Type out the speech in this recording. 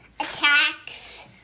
attacks